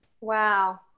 Wow